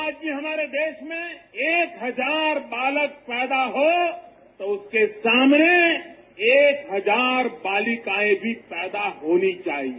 आज भी हमारे देश में एक हजार बालक पैदा हो तो उसके सामने एक हजार बालिकाएं भी पैदा होनी चाहिए